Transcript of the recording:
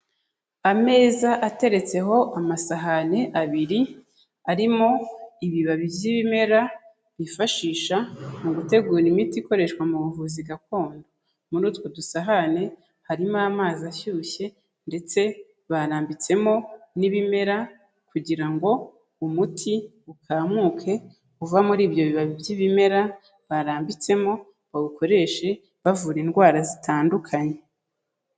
Ameza ateretseho amasahani abiri, arimo ibibabi by'ibimera byifashisha mu gutegura imiti ikoreshwa mu buvuzi gakondo. Muri utwo dusahane harimo amazi ashyushye, ndetse barambitsemo n'ibimera kugira ngo umuti ukamuke uva muri ibyo bibabi by'ibimera barambitsemo bawukoreshe bavura indwara zitandukanye.